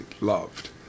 loved